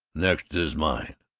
next is mine.